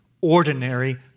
ordinary